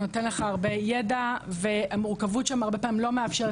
הוא נותן לך הרבה ידע והמורכבות שם הרבה פעמים לא מאפשרת